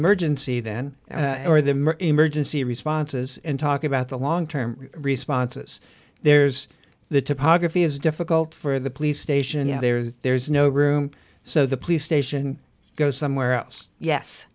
emergency then or them are emergency responses and talk about the long term responses there's the topography is difficult for the police station you know there's there's no room so the police station go somewhere else yes